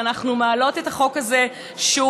ואנחנו מעלות את החוק הזה שוב,